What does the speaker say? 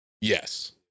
Yes